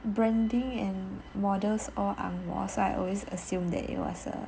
branding and models all ang moh so I always assume that it was a